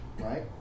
right